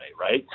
right